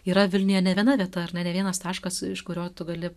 yra vilniuje ne viena vieta ar ne ne vienas taškas iš kurio tu gali